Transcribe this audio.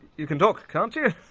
you can talk, can't you?